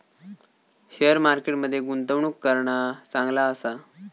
share market मध्ये गुंतवणूक करणा चांगला आसा